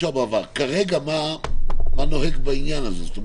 כרגע מה נוהג בעניין הזה?